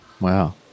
Wow